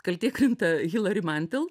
kaltė krinta hilari mantel